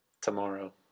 tomorrow